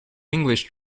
english